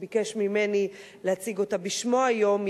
שביקש ממני להציג אותה בשמו היום,